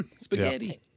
Spaghetti